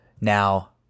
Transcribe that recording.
Now